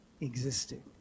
existed